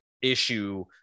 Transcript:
issue